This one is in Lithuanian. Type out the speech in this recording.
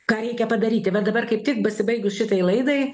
ką reikia padaryti va dabar kaip tik pasibaigus šitai laidai